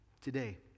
today